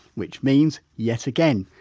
which means, yet again,